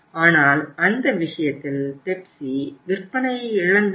ஆனால் அந்த விஷயத்தில் பெப்சி விற்பனையை இழந்தது